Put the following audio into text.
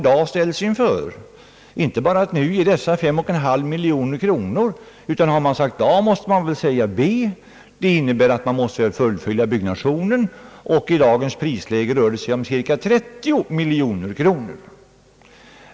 Det gäller inte bara att ställa dessa 5,5 miljoner kronor till förfogande, utan har man sagt A måste man väl också säga B. Det innebär att byggnationen måste fullföljas, och i dagens prisläge rör det sig om cirka 30 miljoner kronor.